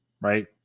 right